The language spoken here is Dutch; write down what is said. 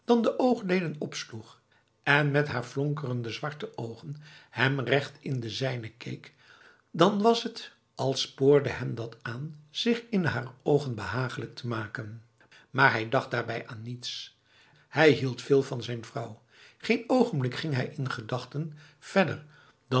de oogleden opsloeg en met haar flonkerende zwarte ogen hem recht in de zijne keek dan was het als spoorde hem dat aan zich in haar ogen behaaglijk te maken maar hij dacht daarbij aan niets hij hield veel van zijn vrouw geen ogenblik ging hij in gedachten verder